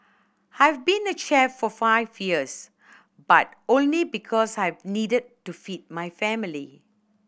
I've been a chef for five years but only because I needed to feed my family